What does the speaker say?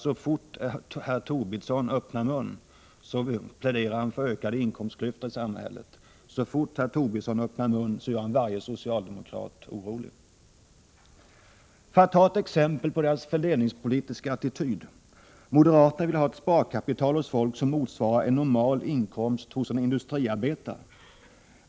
Så fort Lars Tobisson öppnar munnen, pläderar han för ökade inkomstklyftor i samhället och gör varje socialdemokrat orolig. För att ta ett exempel på moderaternas fördelningspolitiska attityd: Moderaterna vill att folk skall ha ett sparkapital som motsvarar en normal inkomst för en industriarbetare.